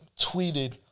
tweeted